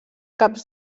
caps